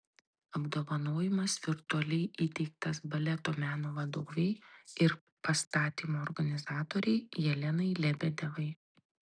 apdovanojimas virtualiai įteiktas baleto meno vadovei ir pastatymų organizatorei jelenai lebedevai